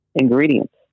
ingredients